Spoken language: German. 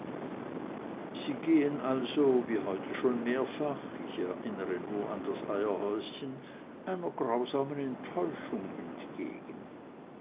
sie gehen also wie heute schon mehrfach ich erinnere nur an das eierhäuschen einer grausamen enttäuschung entgegen